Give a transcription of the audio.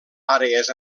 àrees